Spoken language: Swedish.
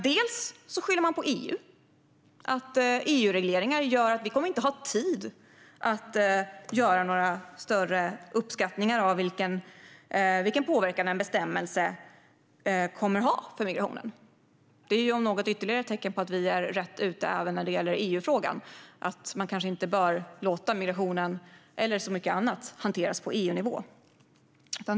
Dels skyller man på EU och på att EU-regleringar gör att vi inte kommer att ha tid att göra några större uppskattningar av vilken påverkan en bestämmelse kommer att ha på migrationen. Detta är ju om något ytterligare ett tecken på att vi är rätt ute även i EU-frågan. Man kanske inte bör låta migrationen, eller så mycket annat, hanteras på EU-nivå.